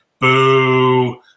boo